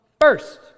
first